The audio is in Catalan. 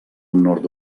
nord